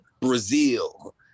brazil